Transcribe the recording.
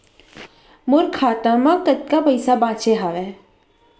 मोर खाता मा कतका पइसा बांचे हवय?